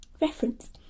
Reference